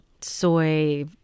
soy